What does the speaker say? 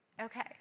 Okay